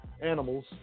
animals